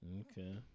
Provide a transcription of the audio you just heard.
Okay